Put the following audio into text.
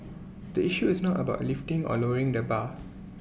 the issue is not about lifting or lowering the bar